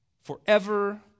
forever